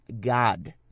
God